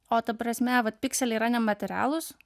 o ta prasme vat pikseliai yra nematerialūs